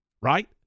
right